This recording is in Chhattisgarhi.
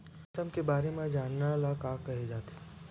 मौसम के बारे म जानना ल का कहे जाथे?